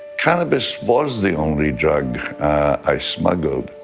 cannabis was the only drug i smuggled.